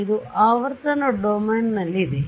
ಇದು ಆವರ್ತನ ಡೊಮೇನ್ನಲ್ಲಿದೆ